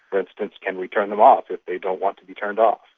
for instance, can we turn them off if they don't want to be turned off?